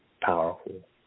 powerful